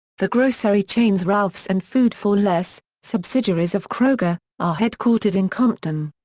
the grocery chains ralphs and food four less, subsidiaries of kroger, are headquartered in compton.